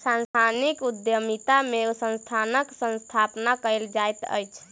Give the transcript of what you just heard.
सांस्थानिक उद्यमिता में संस्थानक स्थापना कयल जाइत अछि